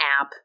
app